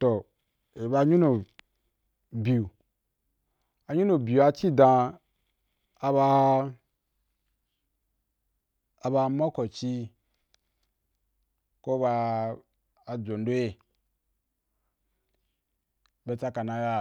Toh i ba anyunu biu, anyunu biu ci dan a ba, a ba mancouci ko ba ajo ndo ‘ a ba tsaka na ya